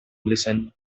listen